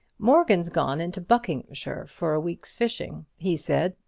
morgan's gone into buckinghamshire for a week's fishing, he said,